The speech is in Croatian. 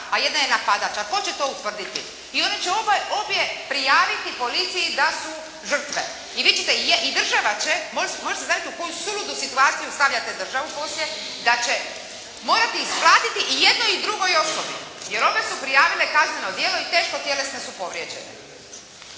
a jedna je napadač. A tko će to utvrditi? I one će obje prijaviti policiji da su žrtve i vi ćete, i država će, možete li zamisliti u koju suludu situaciju stavljate državu poslije, da će morati isplatiti i jednoj i drugoj osobi, jer obje su prijavile kazneno djelo i teško tjelesno su povrijeđene.